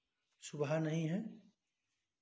शुबा नहीं है